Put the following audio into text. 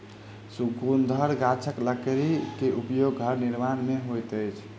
शंकुधर गाछक लकड़ी के उपयोग घर निर्माण में होइत अछि